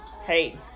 hey